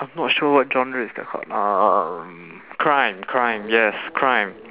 I'm not sure what genre is that called um crime crime yes crime